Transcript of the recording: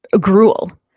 Gruel